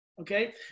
okay